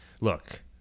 look